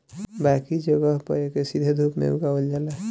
बाकी जगह पे एके सीधे धूप में उगावल जाला